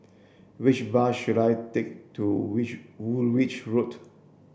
which bus should I take to which Woolwich Road